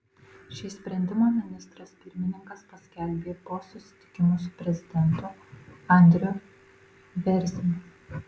šį sprendimą ministras pirmininkas paskelbė po susitikimo su prezidentu andriu bėrziniu